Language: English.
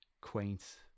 quaint